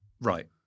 right